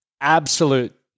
absolute